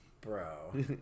Bro